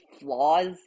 flaws